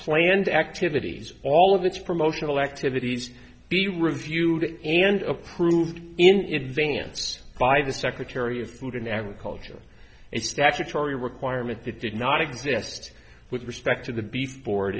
planned activities all of its promotional activities be reviewed and approved in advanced by the secretary of food and agriculture and statutory requirement that did not exist with respect to the be